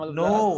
no